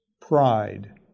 pride